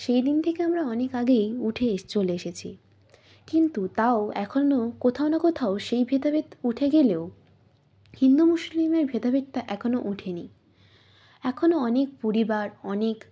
সেই দিন থেকে আমরা অনেক আগেই উঠে এসে চলে এসেছি কিন্তু তাও এখনও কোথাও না কোথাও সেই ভেদাভেদ উঠে গেলেও হিন্দু মুসলিমের ভেদাভেদটা এখনও উঠেনি এখনও অনেক পরিবার অনেক